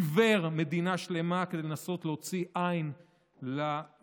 עיוור מדינה שלמה כדי לנסות להוציא עין לקואליציה.